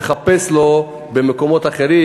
הוא מחפש לו במקומות אחרים,